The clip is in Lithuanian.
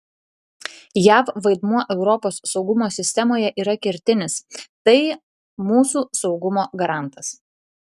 jav vaidmuo europos saugumo sistemoje yra kertinis tai mūsų saugumo garantas